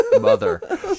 mother